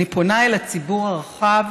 אני פונה אל הציבור הרחב,